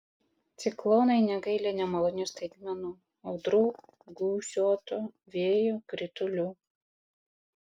ciklonai negaili nemalonių staigmenų audrų gūsiuoto vėjo kritulių